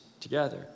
together